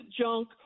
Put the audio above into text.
junk